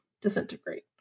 disintegrate